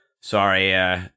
Sorry